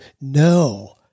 no